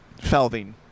felving